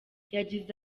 yagize